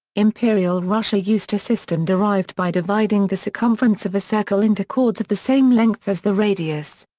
imperial russia used a system derived by dividing the circumference of a circle into chords of the same length as the radius.